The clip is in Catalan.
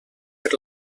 per